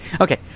Okay